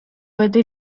этой